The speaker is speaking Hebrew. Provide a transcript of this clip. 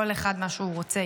כל אחד יבחר מה שהוא רוצה.